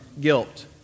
guilt